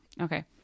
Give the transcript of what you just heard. Okay